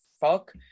fuck